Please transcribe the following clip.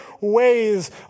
ways